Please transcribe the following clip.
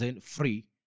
free